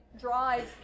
drives